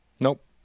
Nope